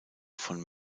von